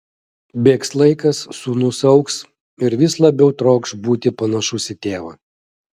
bėgs laikas sūnus augs ir vis labiau trokš būti panašus į tėvą